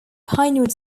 pinewood